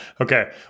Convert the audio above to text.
Okay